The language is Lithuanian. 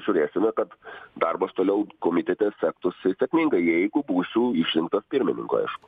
žiūrėsime kad darbas toliau komitete sektųsi sėkmingai jeigu būsiu išrinktas pirmininku aišku